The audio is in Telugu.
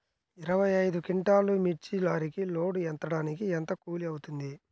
ఇరవై ఐదు క్వింటాల్లు మిర్చి లారీకి లోడ్ ఎత్తడానికి ఎంత కూలి అవుతుంది?